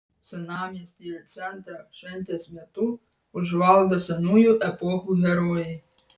senamiestį ir centrą šventės metu užvaldo senųjų epochų herojai